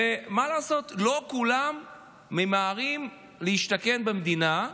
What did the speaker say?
ומה לעשות, לא כולם ממהרים להשתכן במדינה.